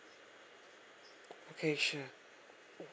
okay sure